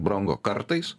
brango kartais